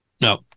No